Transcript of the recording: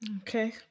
Okay